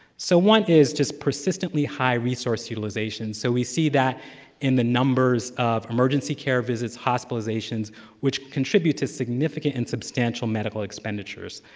so one is just persistently high resource utilization. so we see that in the numbers of emergency care visits, hospitalizations which contribute to significant and substantial medical expenditures.